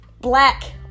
black